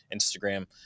Instagram